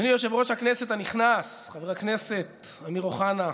אדוני יושב-ראש הכנסת הנכנס חבר הכנסת אמיר אוחנה,